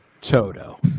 Toto